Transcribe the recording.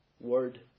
word